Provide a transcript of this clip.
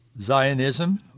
Zionism